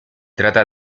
trata